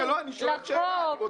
אתה מה זה פופוליסט.